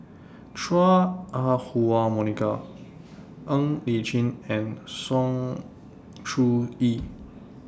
Chua Ah Huwa Monica Ng Li Chin and Sng Choon Yee